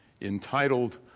entitled